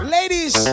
Ladies